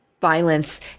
violence